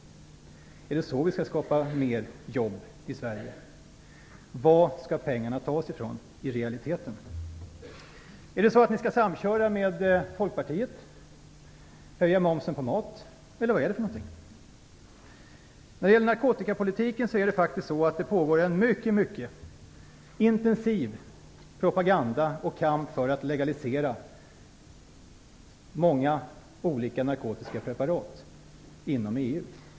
Är det så vi skall skapa fler jobb i Sverige? Varifrån skall pengarna tas i realiteten? Skall ni samköra med Folkpartiet, höja momsen på mat, eller vad är det fråga om? När det gäller narkotikapolitiken pågår det faktiskt en mycket intensiv propaganda och kamp för att legalisera många olika narkotiska preparat inom EU.